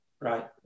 Right